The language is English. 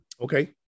Okay